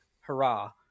hurrah